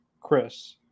Chris